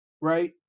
Right